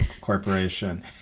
corporation